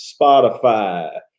Spotify